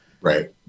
Right